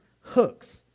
hooks